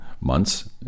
months